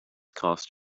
cost